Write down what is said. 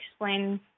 explain